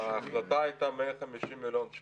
ההחלטה הייתה על 150 מיליון.